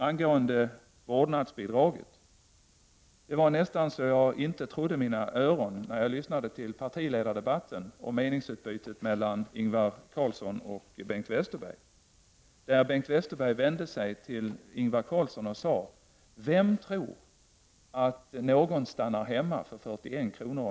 Angående vårdnadsbidraget så trodde jag nästan inte mina öron när jag lyssnade till partiledardebatten i onsdags och meningsutbytet mellan Ingvar Carlsson och Bengt Westerberg. Då sade nämligen Bengt Westerberg till Ingvar Carlsson: ”Vem vill stanna hemma för 41 kr.